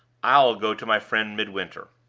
i'll go to my friend midwinter.